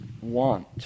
want